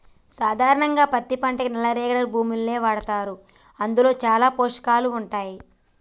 సాధారణంగా పత్తి పంటకి నల్ల రేగడి భూముల్ని వాడతారు అందులో చాలా పోషకాలు ఉంటాయి